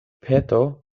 peto